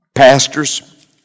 Pastors